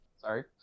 sorry